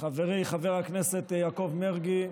חברי חבר הכנסת יעקב מרגי,